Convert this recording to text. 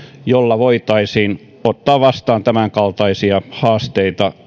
jolla voitaisiin ottaa vastaan tämänkaltaisia haasteita